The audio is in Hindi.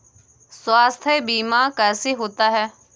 स्वास्थ्य बीमा कैसे होता है?